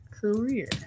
career